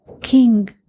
King